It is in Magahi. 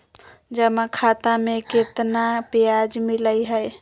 जमा खाता में केतना ब्याज मिलई हई?